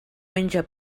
menja